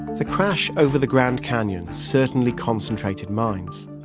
the crash over the grand canyon certainly concentrated minds.